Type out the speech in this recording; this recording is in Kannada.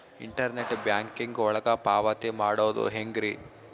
ಇಂಟರ್ನೆಟ್ ಬ್ಯಾಂಕಿಂಗ್ ಒಳಗ ಪಾವತಿ ಮಾಡೋದು ಹೆಂಗ್ರಿ?